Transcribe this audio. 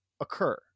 occur